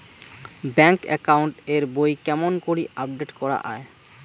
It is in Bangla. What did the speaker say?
ব্যাংক একাউন্ট এর বই কেমন করি আপডেট করা য়ায়?